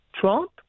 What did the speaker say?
Trump